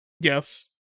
Yes